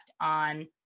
on